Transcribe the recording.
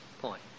point